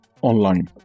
online